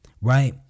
right